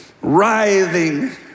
writhing